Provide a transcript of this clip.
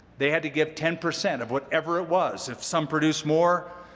they had to give ten percent of whatever it was. if some produced more,